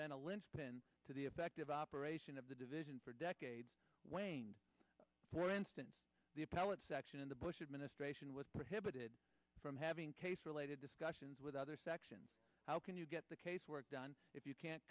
been a linchpin to the effective operation of the division for decades wayne where instant the appellate section in the bush administration was prohibited from having case related discussions with other sections how can you get the case work done if you can't